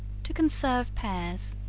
to conserve pears.